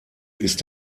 ist